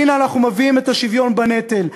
והנה אנחנו מביאים את השוויון בנטל.